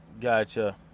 Gotcha